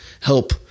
help